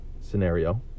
scenario